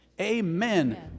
amen